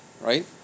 right